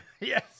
Yes